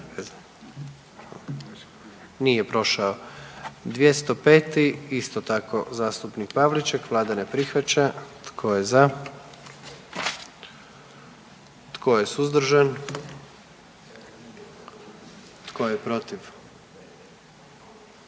dio zakona. 44. Kluba zastupnika SDP-a, vlada ne prihvaća. Tko je za? Tko je suzdržan? Tko je protiv?